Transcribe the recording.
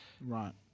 Right